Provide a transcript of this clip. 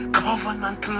covenant